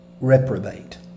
reprobate